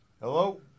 hello